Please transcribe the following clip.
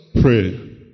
Pray